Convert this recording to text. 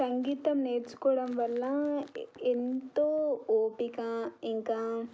సంగీతం నేర్చుకోవడం వల్ల ఎంతో ఓపిక ఇంకా